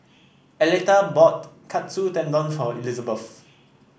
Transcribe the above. Aleta bought Katsu Tendon for Elizbeth